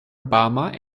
obama